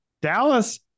Dallas